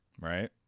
Right